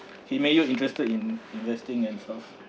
he made you interested in investing and stuff